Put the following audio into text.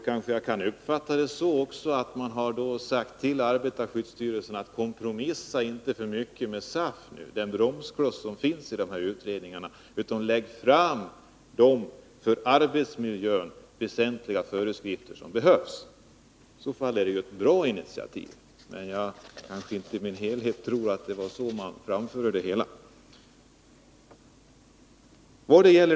Kanske jag skall uppfatta det så att man har sagt åt arbetarskyddsstyrelsen att den inte skall kompromissa alltför mycket med SAF, den bromskloss som finns i dessa utredningar, utan lägga fram de för arbetsmiljön väsentliga föreskrifter som behövs. I så fall är det ett bra initiativ. Men jag kanske inte riktigt tror att det var så man framförde det hela.